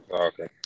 Okay